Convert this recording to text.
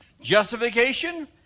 Justification